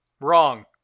Wrong